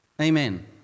Amen